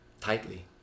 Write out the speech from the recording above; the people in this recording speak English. tightly